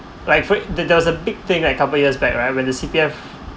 like for it the there was a big thing like couple years back right when the C_P_F